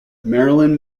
marilyn